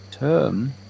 Term